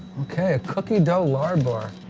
okay. a cookie dough larabar.